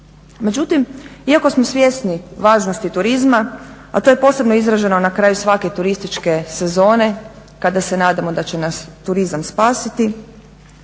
Međutim, iako smo svjesni važnosti turizma a to je posebno izraženo na kraju svake turističke sezone kada se nadamo da će nas turizam spasiti